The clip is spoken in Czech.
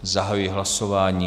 Zahajuji hlasování.